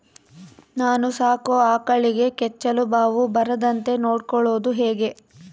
ನಾನು ಸಾಕೋ ಆಕಳಿಗೆ ಕೆಚ್ಚಲುಬಾವು ಬರದಂತೆ ನೊಡ್ಕೊಳೋದು ಹೇಗೆ?